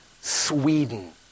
Sweden